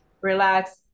relax